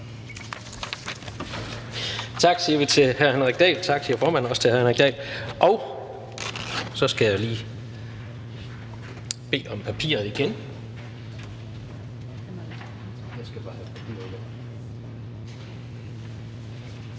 Tak, siger vi til hr. Henrik Dahl. Tak, siger formanden også til hr. Henrik Dahl. Og nu skal jeg give ordet til